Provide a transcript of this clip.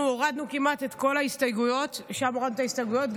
אנחנו הורדנו כמעט את כל ההסתייגויות גם פה,